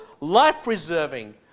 life-preserving